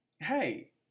hey